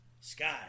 sky